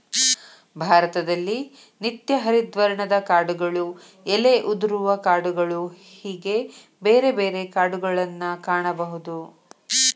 ಭಾರತದಲ್ಲಿ ನಿತ್ಯ ಹರಿದ್ವರ್ಣದ ಕಾಡುಗಳು ಎಲೆ ಉದುರುವ ಕಾಡುಗಳು ಹೇಗೆ ಬೇರೆ ಬೇರೆ ಕಾಡುಗಳನ್ನಾ ಕಾಣಬಹುದು